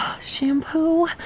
shampoo